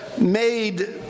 made